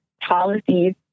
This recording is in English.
policies